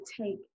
take